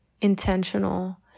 intentional